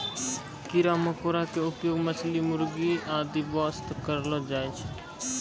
कीड़ा मकोड़ा के उपयोग मछली, मुर्गी आदि वास्तॅ करलो जाय छै